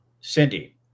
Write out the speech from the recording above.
Cindy